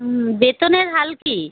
হুম বেতনের হাল কী